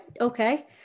Okay